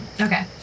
Okay